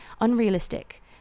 unrealistic